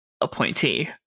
appointee